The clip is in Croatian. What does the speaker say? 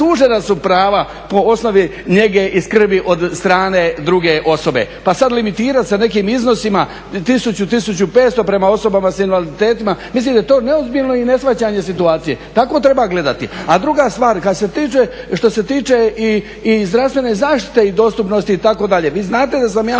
sužena su prava po osnovi njege i skrbi od strane druge osobe. Pa sad limitirati sa nekim iznosima, 1000, 1500 prema osobama s invaliditetima mislim da je to neozbiljno i neshvaćanje situacije. Tako treba gledati. A druga stvar, što se tiče i zdravstvene zaštite i dostupnosti itd., vi znate da sam ja